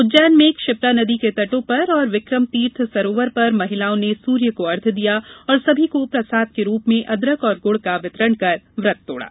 उज्जैन में क्षिप्रा नदी के तयो पर और विक्रमतीर्थ सरोवर पर महिलाओं ने सूर्य को अर्ध्य दिया और सभी को प्रसाद के रूप में अदरक और गुड़ का वितरण कर व्रत तोडा